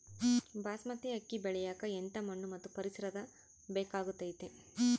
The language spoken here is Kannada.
ಬಾಸ್ಮತಿ ಅಕ್ಕಿ ಬೆಳಿಯಕ ಎಂಥ ಮಣ್ಣು ಮತ್ತು ಪರಿಸರದ ಬೇಕಾಗುತೈತೆ?